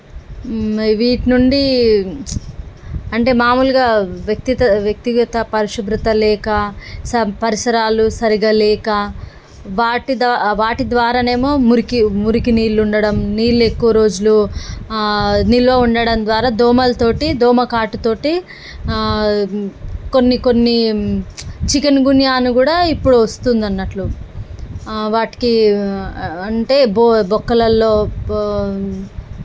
వీటి నుండి అంటే మామూలుగా వ్యక్తిత వ్యక్తిగత పరిశుభ్రత లేక సబ్ పరిసరాలు సరిగా లేక వాటిదా వాటి ద్వారానేమో మురికి మురికి నీళ్ళు ఉండడం నీళ్ళు ఎక్కువ రోజులు నిలువ ఉండడం ద్వారా దోమలతో దోమ కాటుతో కొన్ని కొన్ని చికన్గన్యా అని కూడా ఇప్పుడు వస్తుంది అన్నట్లు వాటికి అంటే బొ బొక్కలలో